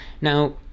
Now